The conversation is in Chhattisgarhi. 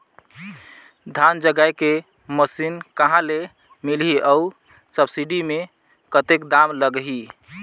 धान जगाय के मशीन कहा ले मिलही अउ सब्सिडी मे कतेक दाम लगही?